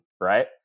right